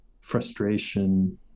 frustration